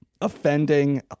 offending